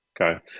Okay